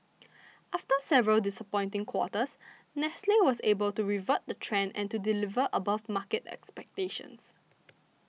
after several disappointing quarters Nestle was able to revert the trend and to deliver above market expectations